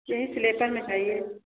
जे स्नेकल में चाहिए